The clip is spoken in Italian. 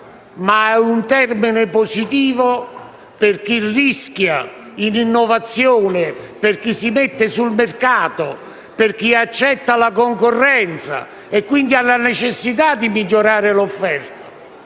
è un termine positivo per chi rischia in innovazione, per chi si mette sul mercato, per chi accetta la concorrenza e, quindi, ha la necessità di migliorare l'offerta.